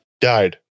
died